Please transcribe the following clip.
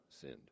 sinned